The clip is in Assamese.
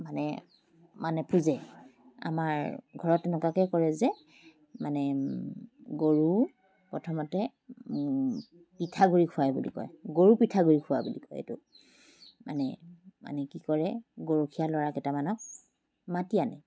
মানে মানে পূজে আমাৰ ঘৰত তেনেকুৱাকৈ কৰে যে মানে গৰু প্ৰথমতে পিঠাগুড়ি খুৱাই গৰু পিঠাগুড়ি খোৱা বুলি কয় এইটো মানে মানে কি কৰে গৰখীয়া ল'ৰা কেটামানক মাতি আনে